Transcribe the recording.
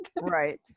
right